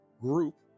group